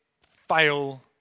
fail